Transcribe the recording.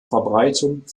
verbreitung